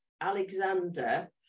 Alexander